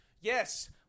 yes